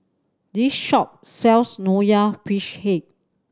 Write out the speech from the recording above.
this shop sells Nonya Fish Head